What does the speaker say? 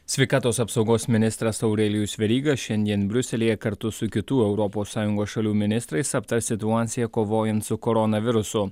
sveikatos apsaugos ministras aurelijus veryga šiandien briuselyje kartu su kitų europos sąjungos šalių ministrais aptars situaciją kovojant su koronaviruso